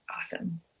awesome